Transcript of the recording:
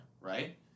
right